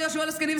ויהושע לזקנים,